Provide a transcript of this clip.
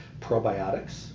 probiotics